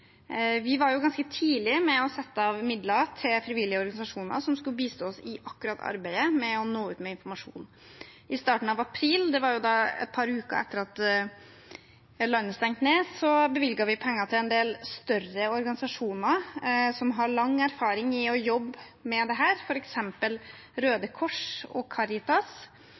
Vi var ganske tidlig ute med å sette av midler til frivillige organisasjoner som skulle bistå oss i akkurat arbeidet med å nå ut med informasjon. I starten av april, et par uker etter at landet stengte ned, bevilget vi penger til en del større organisasjoner som har lang erfaring med å jobbe med dette, f.eks. Røde Kors og